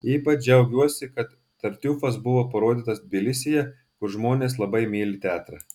ypač džiaugiuosi kad tartiufas buvo parodytas tbilisyje kur žmonės labai myli teatrą